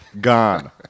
gone